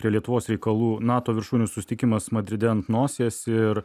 prie lietuvos reikalų nato viršūnių susitikimas madride ant nosies ir